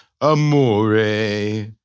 amore